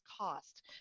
cost